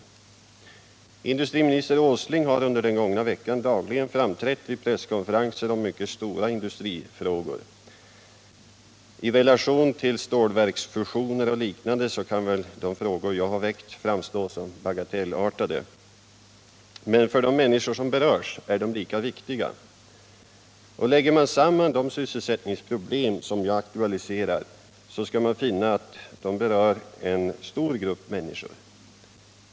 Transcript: Om sysselsättnings Industriminister Åsling har under den gångna veckan dagligen fram = problemen i trätt vid presskonferenser om mycket stora industrifrågor. I relation till Västerbottens stålverksfusionen och liknande kan väl de frågor jag väckt framstå som = inland bagatellartade. Men för de människor som berörs är de lika viktiga. Och lägger man samman de sysselsättningsproblem som jag aktualiserar, så skall man finna att de berör en stor grupp människor.